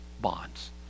bonds